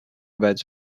about